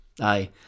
Aye